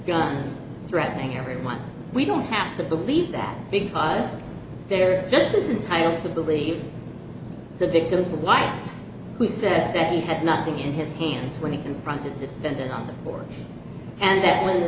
guns threatening everyone we don't have to believe that because there just isn't tired to believe the victim's wife who said that he had nothing in his hands when he confronted defendant on the floor and that when the